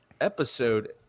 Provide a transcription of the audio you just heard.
episode